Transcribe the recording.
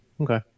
okay